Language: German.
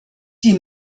die